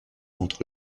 entre